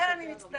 לכן אני מצטערת,